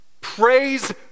Praise